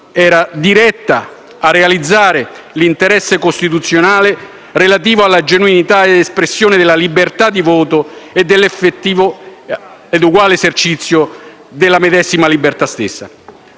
diretta a realizzare l'interesse costituzionale relativo alla genuina espressione della liberta di voto e all'effettivo ed eguale esercizio della medesima libertà.